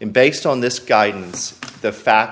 and based on this guidance the facts